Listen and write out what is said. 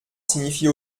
signifie